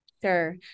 Sure